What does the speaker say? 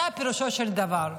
זה פירושו של דבר.